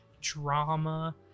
drama